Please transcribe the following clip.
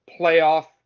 playoff